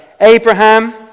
Abraham